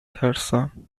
ترسم